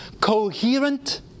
coherent